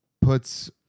puts